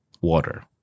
water